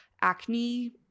acne